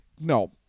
no